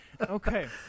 Okay